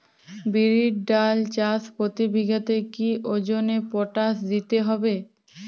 বিরির ডাল চাষ প্রতি বিঘাতে কি ওজনে পটাশ দিতে হবে?